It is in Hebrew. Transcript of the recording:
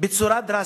בצורה דרסטית,